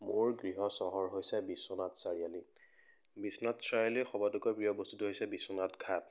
মোৰ গৃহ চহৰ হৈছে বিশ্বনাথ চাৰিআলি বিশ্বনাথ চাৰিআলিৰ সবাটোকৈ প্ৰিয় বস্তুটো হৈছে বিশ্বনাথ ঘাট